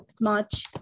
March